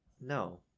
No